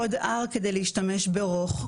קוד R כדי להשתמש ברוך.